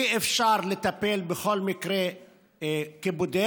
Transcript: אי-אפשר לטפל בכל מקרה כבודד,